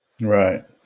Right